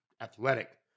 athletic